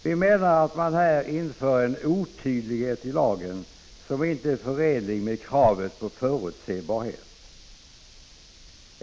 Vi menar att det i lagen införs en otydlighet som inte är förenlig med kravet på förutsebarhet.